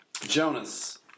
Jonas